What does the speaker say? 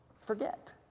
forget